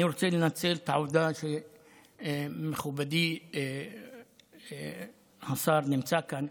אני רוצה לנצל את העובדה שמכובדי השר נמצא כאן.